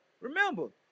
Remember